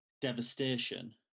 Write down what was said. devastation